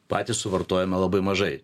patys suvartojame labai mažai